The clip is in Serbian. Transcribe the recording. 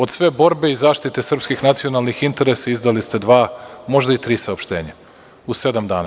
Od sve borbe i zaštite srpskih nacionalnih interesa izdali ste dva, možda i tri saopštenja u sedam dana.